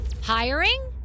Hiring